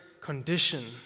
condition